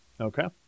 Okay